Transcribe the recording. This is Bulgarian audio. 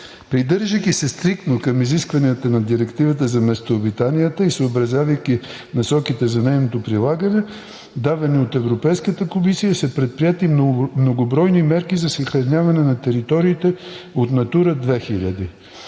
Придържайки се стриктно към изискванията на Директивата за местообитанията и съобразявайки насоките за нейното прилагане, давани от Европейската комисия, са предприети многобройни мерки за съхраняване на териториите от „Натура 2000“.